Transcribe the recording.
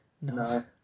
No